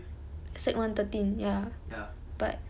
sec one thirteen ya but